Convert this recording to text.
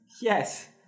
Yes